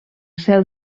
seu